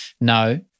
no